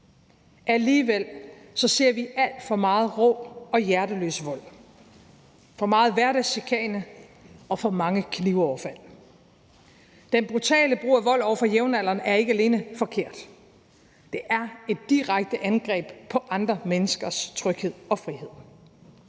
Alligevel ser vi alt for meget rå og hjerteløs vold, for meget hverdagschikane og for mange knivoverfald. Den brutale brug af vold over for jævnaldrende er ikke alene forkert. Den er et direkte angreb på andre menneskers tryghed og frihed.